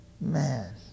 Man